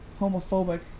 homophobic